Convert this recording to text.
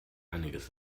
einiges